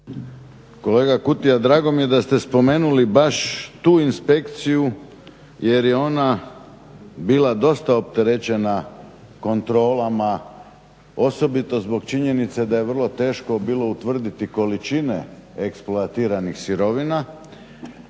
Kolega Kutija, drago mi je da ste spomenuli baš tu inspekciju jer je ona bila dosta opterećena kontrolama, osobito zbog činjenice da je vrlo teško bilo utvrditi količine eksploatiranih sirovina.